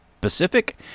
Pacific